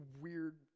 weird